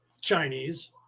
Chinese